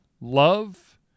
love